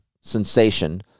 sensation